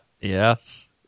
yes